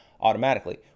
automatically